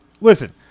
Listen